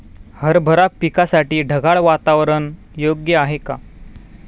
हरभरा पिकासाठी ढगाळ वातावरण योग्य आहे का?